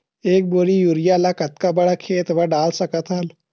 एक बोरी यूरिया ल कतका बड़ा खेत म डाल सकत हन?